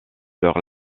leur